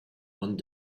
one